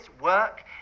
work